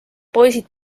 poisid